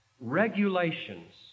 regulations